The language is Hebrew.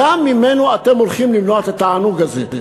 גם ממנו אתם הולכים למנוע את התענוג הזה.